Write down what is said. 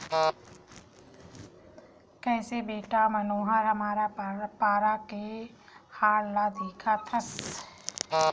कइसे बेटा मनोहर हमर पारा के हाल ल देखत हस